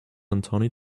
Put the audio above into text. anthony